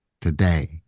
Today